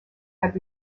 had